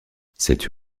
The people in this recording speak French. cette